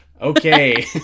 Okay